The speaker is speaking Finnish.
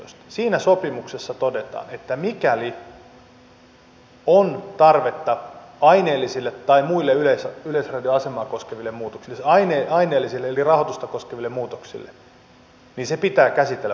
siinä sopimuksessa todetaan että mikäli on tarvetta aineellisille tai muille yleisradion asemaa koskeville muutoksille siis aineellisille eli rahoitusta koskeville muutoksille niin se pitää käsitellä parlamentaarisesti